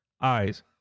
eyes